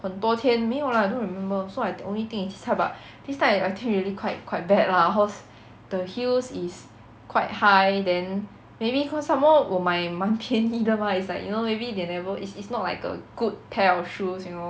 很多天没有 lah I don't remember so I only think is this time but this time I I think really quite quite bad lah cause the heels is quite high then maybe cause some more 我买蛮便宜到 mah is like you know maybe they never is is not like a good pair of shoes you know